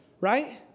right